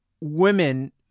Women